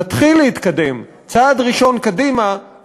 נתחיל להתקדם צעד ראשון קדימה,